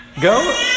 Go